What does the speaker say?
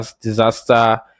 disaster